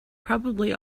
probably